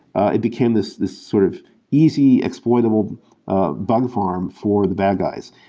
it became this this sort of easy, exploitable ah bug farm for the bad guys,